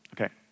Okay